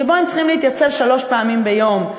שבו הם צריכים להתייצב שלוש פעמים ביום,